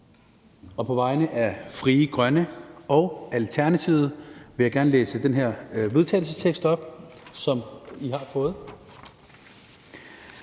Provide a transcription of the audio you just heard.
Og på vegne af Frie Grønne og Alternativet vil jeg gerne læse den her vedtagelsestekst op, som I har fået: